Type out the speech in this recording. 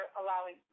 allowing